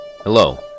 Hello